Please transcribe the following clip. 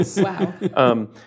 Wow